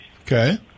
Okay